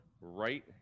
right